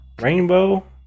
Rainbow